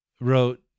wrote